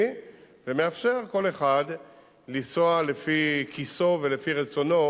ומאפשר לכל אחד לנסוע לפי כיסו ורצונו,